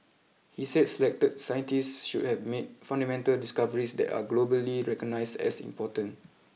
he said selected scientists should have made fundamental discoveries that are globally recognised as important